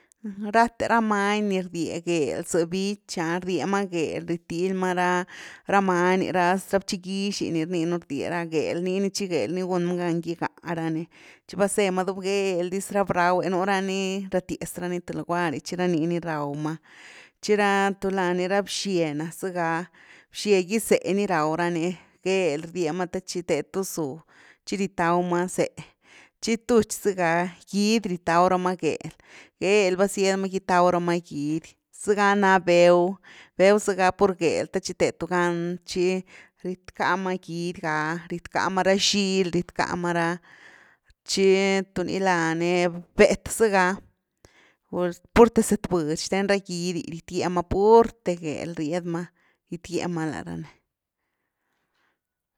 Rathe ra many ni rdye gel za bich’ah rdie ma gel ritilma ra- ra many ra- rabchigix’i ni rni nu rdye ra gel niini tchi gél ni gun ma gan gigá ra ni tchi vasé ma dh’bgel dyz, ra braw’e nu ra ni ratyaz rani th’luguar, tchi ra niini raw ma tchi ra tulá ni ra bxye zega bxye gi zé ni raw rani geel rdye ma te tchi te tu zú, tchi retaw ma zéh, tchi tuch zëga gidy rietaw rama gel, geel vazyed rama gitaw rama ra gidy, zëga na béw, béw zëga pur gel te tchi te tu gan tchi riedckama ra gidy ga, riedckama ra xily rietckama ra, tchi tunii lani béhet zega purte zëtbudy zten ra gidy rietgye ma purthe gél ried ma rietgyema lá ra ni.